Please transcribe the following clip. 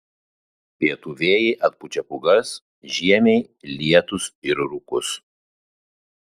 pietų vėjai atpučia pūgas žiemiai lietus ir rūkus